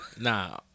nah